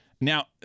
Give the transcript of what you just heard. Now